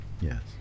Yes